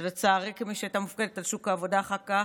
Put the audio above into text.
ולצערי, כמי שהייתה מופקדת על שוק העבודה אחר כך,